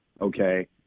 okay